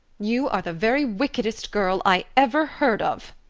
you are the very wickedest girl i ever heard of.